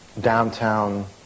downtown